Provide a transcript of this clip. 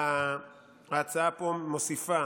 ההצעה פה מוסיפה